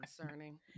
concerning